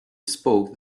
spoke